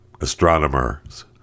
astronomers